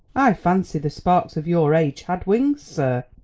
i fancy the sparks of your age had wings, sir.